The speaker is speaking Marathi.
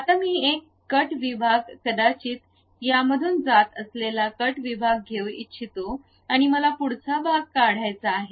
आता मी एक कट विभाग कदाचित यामधून जात असलेला कट विभाग घेऊ इच्छितो आणि मला पुढचा भाग काढायचा आहे